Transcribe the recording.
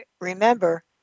Remember